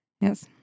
Yes